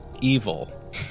evil